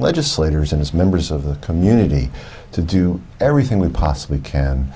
legislators and as members of the community to do everything we possibly can